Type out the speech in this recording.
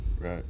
Right